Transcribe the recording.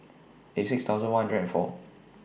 eighty six thousand one hundred and four